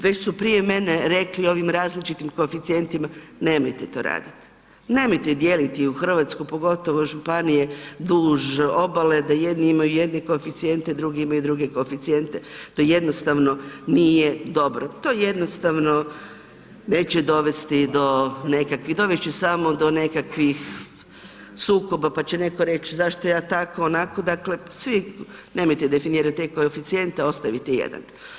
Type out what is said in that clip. Već su prije mene rekli o ovim različitim koeficijentima, nemojte to raditi, nemojte dijeliti u Hrvatsku pogotovo županije duž obale da jedni imaju jedne koeficijente, drugi imaju druge koeficijente to jednostavno nije dobro, to jednostavno neće dovesti do nekakvih dovest će samo do nekakvih sukoba pa će netko reći zašto ja tako, onako, dakle svi nemojte definirati te koeficijente ostavite jedan.